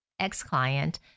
ex-client